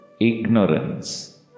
Ignorance